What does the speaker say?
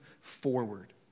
forward